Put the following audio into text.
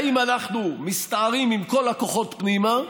האם אנחנו מסתערים עם כל הכוחות פנימה,